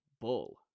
bull